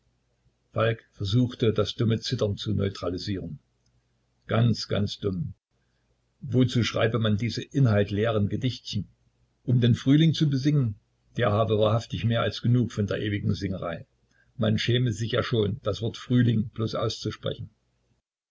falk versuchte das dumme zittern zu neutralisieren ganz ganz dumm wozu schreibe man diese inhaltleeren gedichtchen um den frühling zu besingen der habe wahrhaftig mehr als genug von der ewigen singerei man schäme sich ja schon das wort frühling bloß auszusprechen